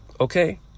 Okay